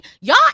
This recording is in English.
Y'all